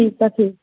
ठीक आहे ठीक